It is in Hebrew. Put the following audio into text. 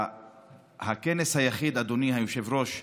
הכנס היחיד, אדוני היושב-ראש,